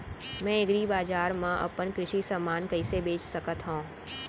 मैं एग्रीबजार मा अपन कृषि समान कइसे बेच सकत हव?